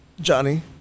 Johnny